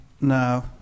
Now